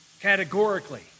Categorically